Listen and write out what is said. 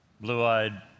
blue-eyed